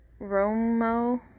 Romo